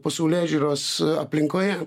pasaulėžiūros aplinkoje